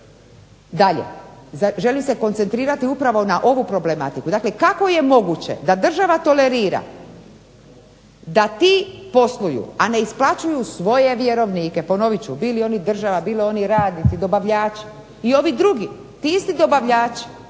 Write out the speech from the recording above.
dalje. Želim se koncentrirati upravo na ovu problematiku. Dakle kako je moguće da država tolerira da ti posluju, a ne isplaćuju svoje vjerovnike, ponovit ću, bili oni država, bili oni radnici, dobavljači i ovi drugi. Ti isti dobavljači